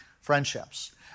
friendships